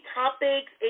topics